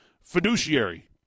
fiduciary